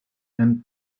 and